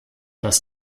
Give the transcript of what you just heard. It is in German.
dass